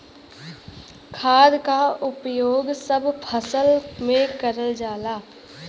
खाद क उपयोग सब फसल में करल जाला